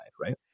right